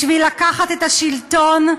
בשביל לקחת את השלטון,